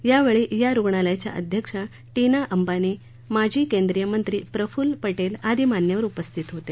यावेळी या रुग्णालयाच्या अध्यक्ष टीना अंबानी माजी केंद्रीय मंत्री प्रफुल्ल पटेल आदी मान्यवर उपस्थित होते